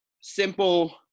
simple